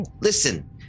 listen